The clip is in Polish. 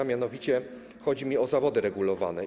A mianowicie chodzi mi o zawody regulowane.